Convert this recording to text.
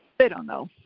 they don't know